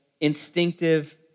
instinctive